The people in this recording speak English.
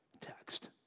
text